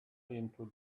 into